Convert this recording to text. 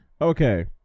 Okay